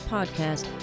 Podcast